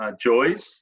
joys